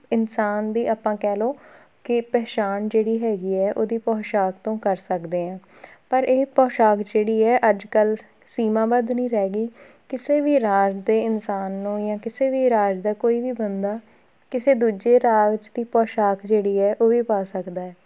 ਇਨਸਾਨ ਦੀ ਆਪਾਂ ਕਹਿ ਲਓ ਕਿ ਪਹਿਚਾਣ ਜਿਹੜੀ ਹੈਗੀ ਹੈ ਉਹਦੀ ਪੋਸ਼ਾਕ ਤੋਂ ਕਰ ਸਕਦੇ ਹਾਂ ਪਰ ਇਹ ਪੋਸ਼ਾਕ ਜਿਹੜੀ ਹੈ ਅੱਜ ਕੱਲ੍ਹ ਸੀਮਾਬਧ ਨਹੀਂ ਰਹਿ ਗਈ ਕਿਸੇ ਵੀ ਰਾਜ ਦੇ ਇਨਸਾਨ ਨੂੰ ਜਾਂ ਕਿਸੇ ਵੀ ਰਾਜ ਦਾ ਕੋਈ ਵੀ ਬੰਦਾ ਕਿਸੇ ਦੂਜੇ ਰਾਜ ਦੀ ਪੋਸ਼ਾਕ ਜਿਹੜੀ ਹੈ ਉਹ ਵੀ ਪਾ ਸਕਦਾ